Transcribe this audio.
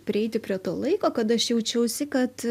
prieiti prie to laiko kada aš jaučiausi kad